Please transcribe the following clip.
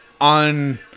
on